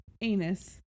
anus